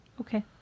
Okay